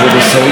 כבוד השרים,